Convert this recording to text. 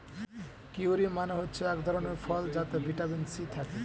kiwi মানে হচ্ছে এক ধরণের ফল যাতে ভিটামিন সি থাকে